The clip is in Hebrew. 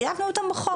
חייבנו אותם בחוק.